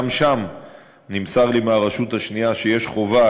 גם שם נמסר לי מהרשות השנייה שיש חובה,